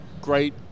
great